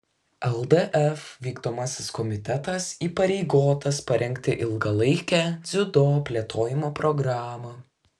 ldf vykdomasis komitetas įpareigotas parengti ilgalaikę dziudo plėtojimo programą